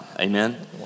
Amen